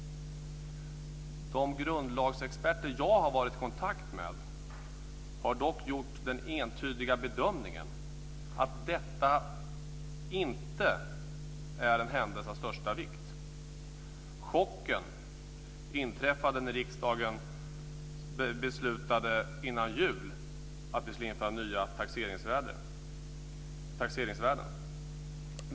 De grundlagsexperter som jag har varit i kontakt med har dock gjort den entydiga bedömningen att detta inte är en händelse av största vikt. Chocken inträffade när riksdagen innan jul beslutade att införa nya taxeringsvärden.